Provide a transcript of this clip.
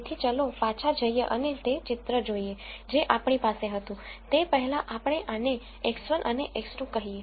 તેથી ચાલો પાછા જઈએ અને તે ચિત્ર જોઈએ જે આપણી પાસે હતું તે પહેલાં આપણે આને x1 અને x2 કહીએ